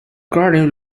guardian